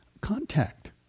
contact